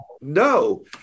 no